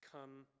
come